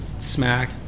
smack